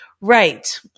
Right